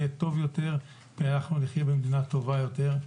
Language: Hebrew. יהיה טוב יותר ואנחנו נחיה במדינה טובה יותר.